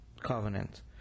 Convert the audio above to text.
covenant